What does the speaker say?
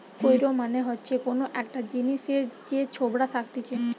কৈর মানে হচ্ছে কোন একটা জিনিসের যে ছোবড়া থাকতিছে